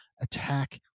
attack